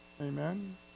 Amen